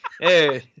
Hey